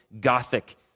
Gothic